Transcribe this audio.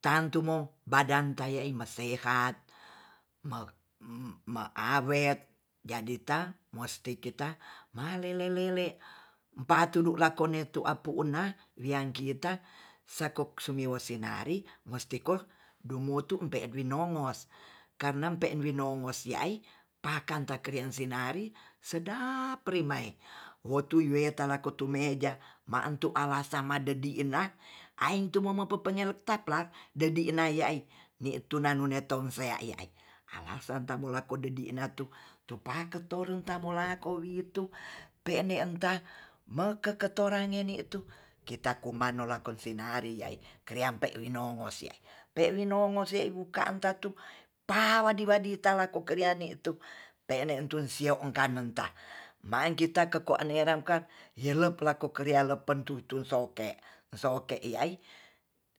Tantu mo badan tae i masehat ma-ma awet jadi ta mosti kita malele-lele patudu lakonne tu apuna wiang kita sekok sumiwesinari mestiko dumutu pe winongos karna pe'en winongos wi ai pakan takrien sinari sedap rimai wotu weta lakotu meja ma'entu alasan madedi ila aptu memepepenyele taplak dedinai ya'i ni tunanune tonsean iya'ai alasan tamulakode di na tu tu pake toreng tamo larko witu pe'ne entah mekeketorang ngeni tu kita koman lolakon sinari iya'i lkreampe winongos, pe winongos sewuka'anta tu pawadi-wadi talako kreani tu tene'tu sio kanenta maeng kita keko `nerampa yelep krialepen tutu soke, soke yi'ai